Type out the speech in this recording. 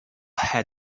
had